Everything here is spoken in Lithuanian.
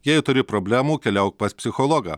jei turi problemų keliauk pas psichologą